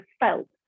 felt